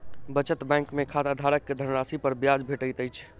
बचत बैंक में खाताधारक के धनराशि पर ब्याज भेटैत अछि